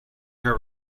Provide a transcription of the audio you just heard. her